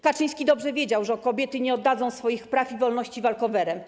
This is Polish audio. Kaczyński dobrze wiedział, że kobiety nie oddadzą swoich praw i wolności walkowerem.